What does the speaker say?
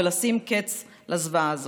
ולשים קץ לזוועה הזאת.